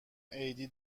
عیدی